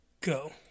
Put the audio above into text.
Go